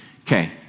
Okay